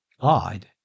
God